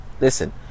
listen